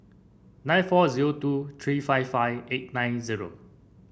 nine four zero two three five five eight nine zero